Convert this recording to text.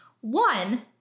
One